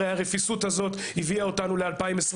הרפיסות הזאת הביאה אותנו ל-2022.